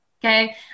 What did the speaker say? Okay